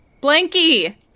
Blanky